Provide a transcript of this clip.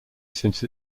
since